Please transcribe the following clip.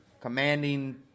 commanding